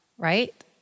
right